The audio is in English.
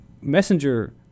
Messenger